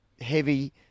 heavy